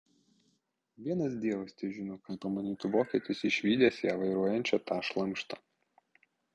vienas dievas težino ką pamanytų vokietis išvydęs ją vairuojančią tą šlamštą